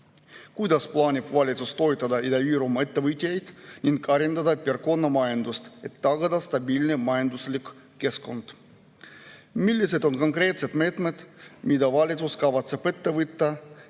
Kuidas plaanib valitsus toetada Ida-Virumaa ettevõtjaid ning arendada piirkonna majandust, et tagada stabiilne majanduslik keskkond? Millised on konkreetsed meetmed, mida valitsus kavatseb ette võtta,